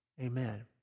Amen